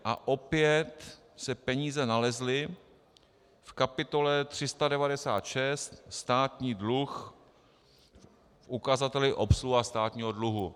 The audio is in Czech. A opět se peníze nalezly v kapitole 396 Státní dluh v ukazateli obsluha státního dluhu.